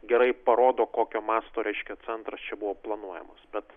gerai parodo kokio masto reiškia centras čia buvo planuojamas bet